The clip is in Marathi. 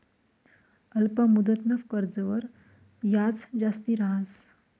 अल्प मुदतनं कर्जवर याज जास्ती रहास